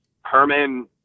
Herman